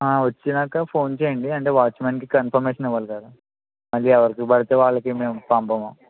వచ్చినాక ఫోన్ చెయ్యండి అంటే వాచ్మ్యాన్కి కన్ఫర్మేషన్ ఇవ్వాలి కదా మళ్ళీ ఎవరికి పడితే వాళ్ళకి మేము పంపము